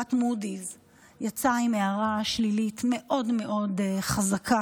חברת מודי'ס יצאה עם הערה שלילית מאוד מאוד חזקה